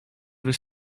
was